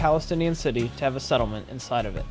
palestinian city to have a settlement inside of it